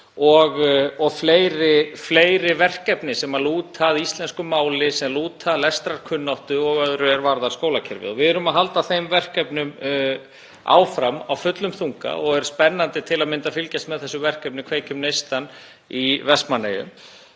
og fleiri verkefnum sem lúta að íslensku máli, sem lúta að lestrarkunnáttu og öðru er varðar skólakerfið. Við erum að halda þeim verkefnum áfram af fullum þunga og það er spennandi til að mynda að fylgjast með verkefninu Kveikjum neistann í Vestmannaeyjum.